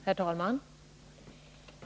Herr talman!